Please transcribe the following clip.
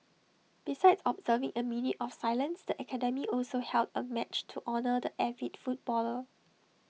besides observing A minute of silence the academy also held A match to honour the avid footballer